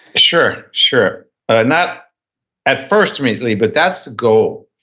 sure, sure. not at first immediately, but that's the goal,